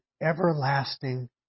everlasting